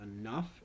enough